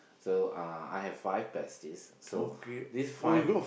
so uh I have five besties so this five